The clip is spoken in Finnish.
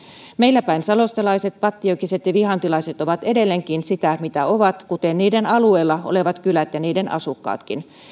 meilläpäin saloistelaiset pattijokiset ja vihantilaiset ovat edelleenkin sitä mitä ovat kuten niiden alueella olevat kylät ja niiden asukkaatkin